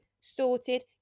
sorted